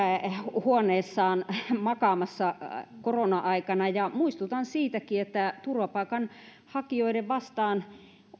huoneessaan makaamassa korona aikana muistutan siitäkin että turvapaikanhakijoiden vastaanotto